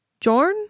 jorn